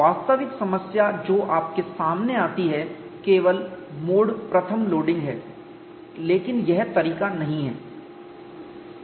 वास्तविक समस्या जो आपके सामने आती है केवल मोड I लोडिंग हैलेकिन यह तरीका नहीं है